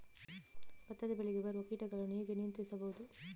ಭತ್ತದ ಬೆಳೆಗೆ ಬರುವ ಕೀಟಗಳನ್ನು ಹೇಗೆ ನಿಯಂತ್ರಿಸಬಹುದು?